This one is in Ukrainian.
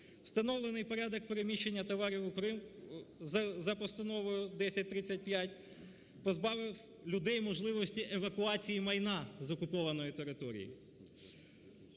Встановлений порядок переміщення товарів у Крим за постановою 1035 позбавив людей можливості евакуації майна з окупованої території.